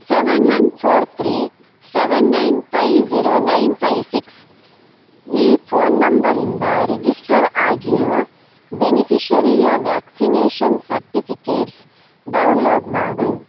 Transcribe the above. seven one four three seven nine five zero nine five six ಈ phone ನಂಬರಿಂದ register ಆಗಿರೋ ಬೆನಿಫಿಷರಿಯ vaccination certificates download ಮಾಡು